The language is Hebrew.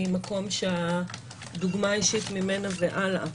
מקום שהדוגמה האישית היא ממנה והלאה.